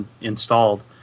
installed